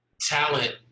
talent